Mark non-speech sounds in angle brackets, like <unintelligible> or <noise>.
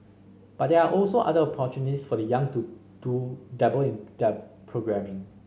but there are also other opportunities for the young to to dabble in <unintelligible> programming